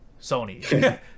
Sony